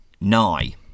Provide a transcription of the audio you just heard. Nye